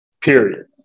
period